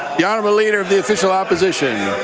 the honourable leader of the official opposition